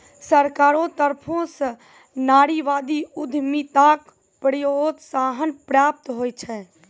सरकारो तरफो स नारीवादी उद्यमिताक प्रोत्साहन प्राप्त होय छै